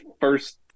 first